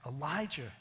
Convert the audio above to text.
Elijah